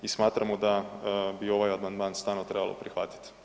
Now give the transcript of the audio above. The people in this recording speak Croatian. I smatramo da bi ovaj amandman stvarno trebalo prihvatiti.